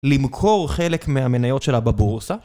למכור חלק מהמניות שלה בבורסה